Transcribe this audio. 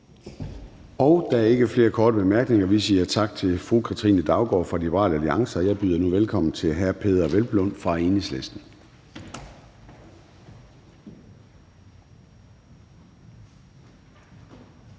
Der er ikke flere korte bemærkninger. Vi siger tak til fru Katrine Daugaard fra Liberal Alliance, og jeg byder nu velkommen til hr. Peder Hvelplund fra Enhedslisten.